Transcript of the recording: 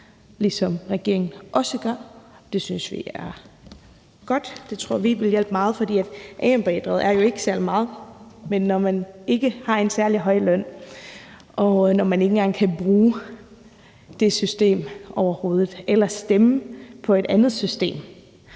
ligesom regeringen også gør det, og det synes vi er godt, og det tror vi vil hjælpe meget. For AM-bidraget er jo ikke særlig meget, men når man ikke har en særlig høj løn, og når man overhovedet ikke engang kan bruge det system eller stemme på et andet system,